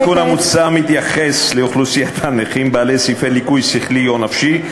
התיקון המוצע מתייחס לאוכלוסיית הנכים בעלי סעיפי ליקוי שכלי או נפשי,